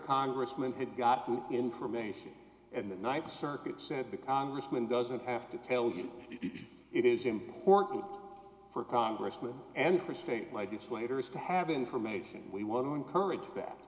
congressman had gotten information and the th circuit said the congressman doesn't have to tell you it is important for congressmen and for state legislators to have information we want to encourage that